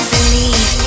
Believe